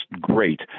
great